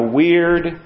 weird